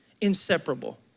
Inseparable